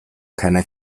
keiner